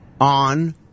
on